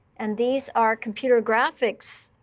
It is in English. and these are computer graphics